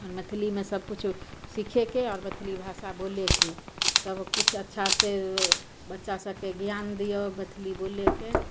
आओर मैथिलीमे सभकिछु सिखैके आओर मैथिली भाषा बोलैके सभकिछु अच्छासे बच्चासभकेँ ज्ञान दिऔ मैथिली बोलैके